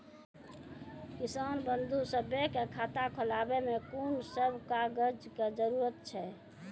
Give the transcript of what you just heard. किसान बंधु सभहक खाता खोलाबै मे कून सभ कागजक जरूरत छै?